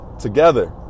together